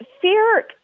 Fear